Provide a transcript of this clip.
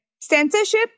censorship